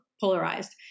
polarized